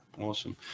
awesome